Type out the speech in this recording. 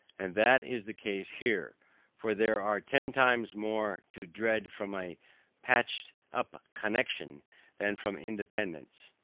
and that is the case here for there are ten times more to dread from a patched up connexion than from independance.